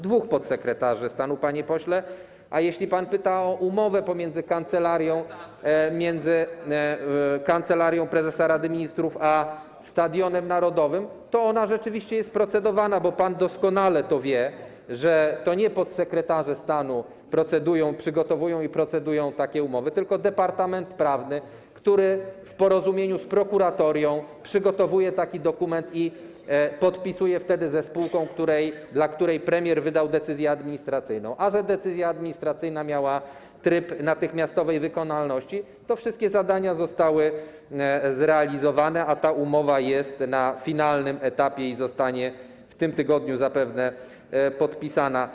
Dwóch podsekretarzy stanu, panie pośle, a jeśli pan pyta o umowę między Kancelarią Prezesa Rady Ministrów a Stadionem Narodowym, to ona rzeczywiście jest procedowana, bo pan doskonale to wie, że to nie podsekretarze stanu procedują, przygotowują i procedują takie umowy, tylko Departament Prawny, który w porozumieniu z Prokuratorią przygotowuje taki dokument i podpisuje wtedy ze spółką, dla której premier wydał decyzję administracyjną, a że decyzja administracyjna miała tryb natychmiastowej wykonalności, to wszystkie zadania zostały zrealizowane, a ta umowa jest na finalnym etapie i zostanie zapewne w tym tygodniu podpisana.